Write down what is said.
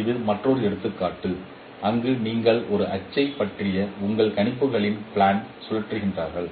இது மற்றொரு எடுத்துக்காட்டு அங்கு நீங்கள் ஒரு அச்சைப் பற்றிய உங்கள் கணிப்புகளின் பிளான் சுழற்றுகிறீர்கள்